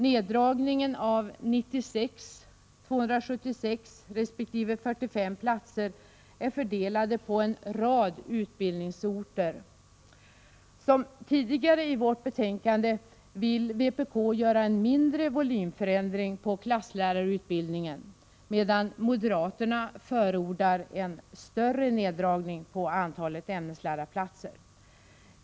Neddragningen av 96, 276 resp. 45 platser är fördelad på en rad utbildningsorter. Som tidigare i vårt betänkande vill vpk företa en mindre volymförändring av klasslärarutbildningen, medan moderaterna förordar en större neddragning av antalet ämneslärarplatser.